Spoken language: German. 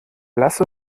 lass